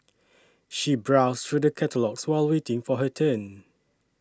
she browsed through the catalogues while waiting for her turn